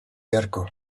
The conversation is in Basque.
beharko